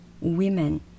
women